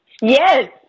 Yes